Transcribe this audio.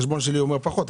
החשבון שלי אומר פחות,